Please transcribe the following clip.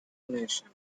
nations